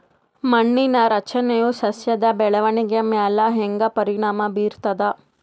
ಮಣ್ಣಿನ ರಚನೆಯು ಸಸ್ಯದ ಬೆಳವಣಿಗೆಯ ಮ್ಯಾಲ ಹ್ಯಾಂಗ ಪರಿಣಾಮ ಬೀರ್ತದ?